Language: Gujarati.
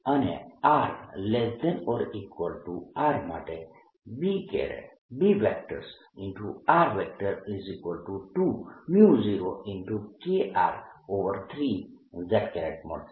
અને r≤R માટે B20KR3 z મળશે